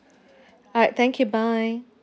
alright thank you bye